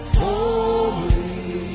holy